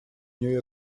нее